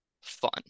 fun